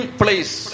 place